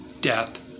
death